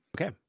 Okay